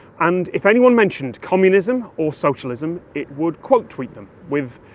and if anyone mentioned communism or socialism, it would quote-tweet them with,